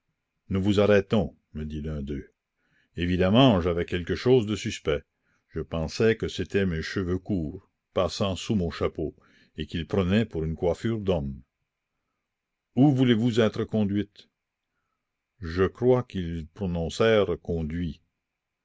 nous vous arrêtons me dit l'un d'eux évidemment j'avais quelque chose de suspect je pensais que c'étaient mes cheveux courts passant sous mon chapeau et qu'ils prenaient pour une coiffure d'homme où voulez-vous être conduite je crois qu'ils prononcèrent conduit